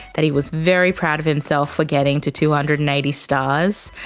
that he was very proud of himself for getting to two hundred and eighty stars,